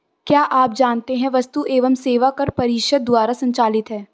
क्या आप जानते है वस्तु एवं सेवा कर परिषद द्वारा संचालित है?